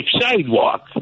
sidewalk